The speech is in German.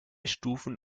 stufen